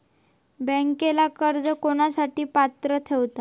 बँकेतला कर्ज कोणासाठी पात्र ठरता?